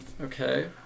Okay